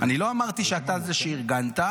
אני לא אמרתי שאתה זה שארגנת,